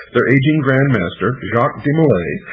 their aging grand master, jacques de molay,